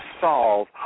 solve